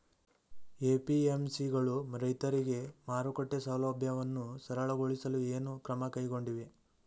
APMC ಗಳು ರೈತರಿಗೆ ಮಾರುಕಟ್ಟೆ ಸೌಲಭ್ಯವನ್ನು ಸರಳಗೊಳಿಸಲು ಏನು ಕ್ರಮ ಕೈಗೊಂಡಿವೆ?